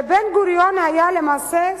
שבן-גוריון היה למעשה,